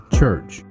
Church